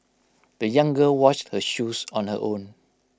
the young girl washed her shoes on her own